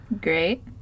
Great